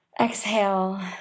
exhale